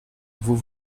vous